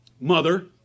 mother